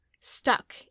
stuck